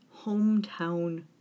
hometown